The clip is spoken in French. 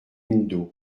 window